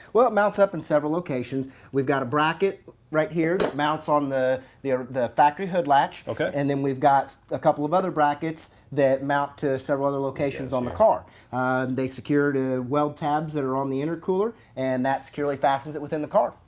well it mounts up in several locations. we've got a bracket right here that mounts on the the factory hood latch. ok. and then we've got a couple of other brackets that mount to several other locations on the car they secure to weld tabs that are on the intercooler and that securely fastens it within the car.